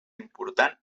important